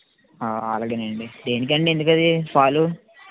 అలాగే అండి దేనికి అండి ఎందుకు అది పాలు